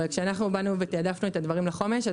אבל כשאנחנו תעדפנו את הדברים לחומש אז